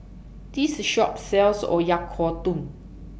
This Shop sells Oyakodon